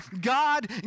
God